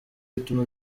bituma